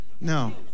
no